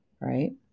right